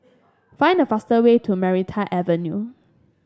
find the faster way to Maranta Avenue